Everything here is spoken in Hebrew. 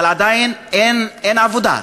אבל עדיין אין עבודה.